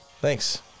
Thanks